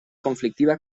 conflictiva